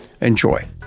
Enjoy